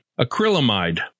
acrylamide